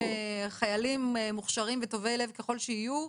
חיילים מוכשרים וטובי לב ככל שיהיו,